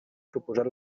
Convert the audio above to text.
proposat